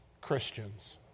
Christians